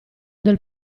del